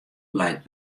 leit